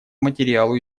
материалу